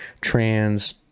trans